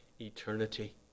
eternity